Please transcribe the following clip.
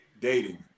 Dating